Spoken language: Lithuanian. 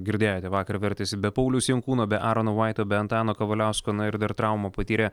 girdėjote vakar vertėsi be pauliaus jankūno be aarono vaito be antano kavaliausko na ir dar traumų patyrė